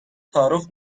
تعارف